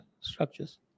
structures